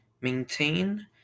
Maintain